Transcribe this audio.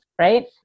Right